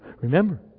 Remember